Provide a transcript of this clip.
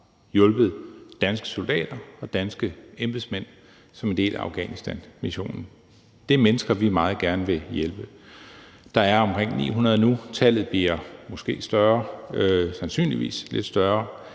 har hjulpet danske soldater og danske embedsmænd som en del af Afghanistanmissionen. Det er mennesker, vi meget gerne vil hjælpe. Der er omkring 900 nu, og tallet bliver måske højere, sandsynligvis lidt højere,